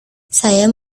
saya